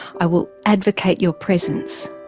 i will advocate your presence.